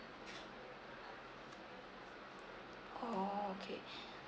oh okay